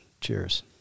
Cheers